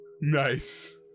Nice